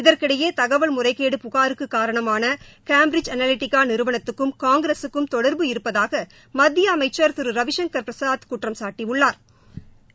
இதற்கிடையே தகவல் முறைகேடு புகாாருக்கு காரணமான ஹேம்பிரிட்ஜ் அனவித்திகா நிறுவனத்துக்கும் காங்கிரஸுக்கும் தொடா்பு இருப்பதாக மத்திய அமைச்சா் திரு ரவிசஙக் பிரசாத் குற்றம்சாட்டியுள்ளாா்